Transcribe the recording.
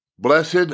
Blessed